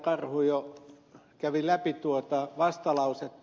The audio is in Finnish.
karhu jo kävi läpi tuota vastalausetta